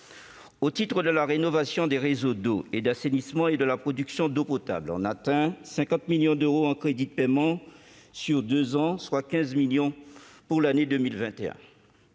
Au titre de la rénovation des réseaux d'eau et d'assainissement et de la production d'eau potable, on atteint 50 millions d'euros en crédits de paiement sur deux ans, soit 15 millions d'euros pour l'année 2021.